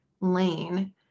lane